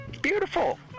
Beautiful